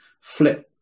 flip